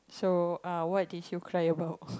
so uh what did you cry about